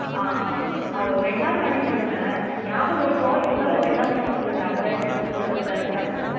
ஆ அது ஒரு ரெண்டு நாள் முன்னாடி சொல்லுங்கள் என் ஞாபகம் இருக்கும் இருந்தாலும் ஒரு ரெண்டு நாள் முன்னாடி சொல்லுங்கள் அப்போ தான் எடுத்துட்டு வந்து போடுறது கரெக்டாக இருக்கும்